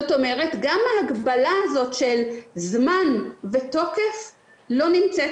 גם ההגבלה הזאת של זמן ותוקף לא נמצאת